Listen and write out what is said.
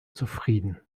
zufrieden